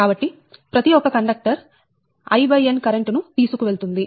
కాబట్టి ప్రతి ఒక కండక్టర్ In కరెంట్ ను తీసుకెళుతుంది